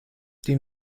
die